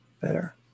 better